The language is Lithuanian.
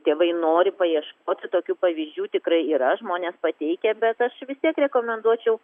tėvai nori paieškoti tokių pavyzdžių tikrai yra žmonės pateikia bet aš vis tiek rekomenduočiau